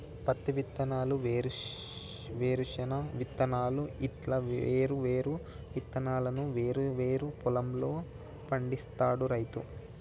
పత్తి విత్తనాలు, వేరుశన విత్తనాలు ఇట్లా వేరు వేరు విత్తనాలను వేరు వేరు పొలం ల పండిస్తాడు రైతు